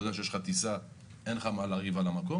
יודע שיש לך טיסה ואין מה לריב על המקום.